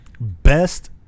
Best